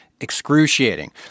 excruciating